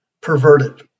perverted